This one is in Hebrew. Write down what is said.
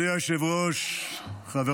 יושב-ראש הכנסת, זה שיקול דעת של יושב-ראש הכנסת.